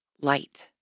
light